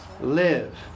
live